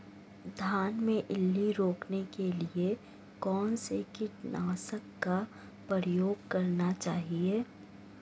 धान में इल्ली रोकने के लिए कौनसे कीटनाशक का प्रयोग करना चाहिए?